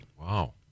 Wow